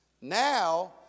Now